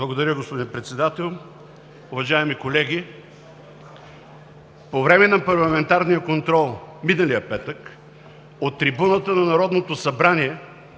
Благодаря, господин Председател. „Уважаеми колеги, по време на парламентарния контрол миналия петък от трибуната на Народното събрание